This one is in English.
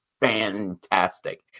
fantastic